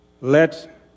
Let